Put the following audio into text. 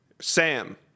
Sam